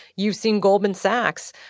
you've seen goldman sachs,